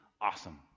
awesome